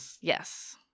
Yes